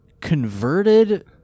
converted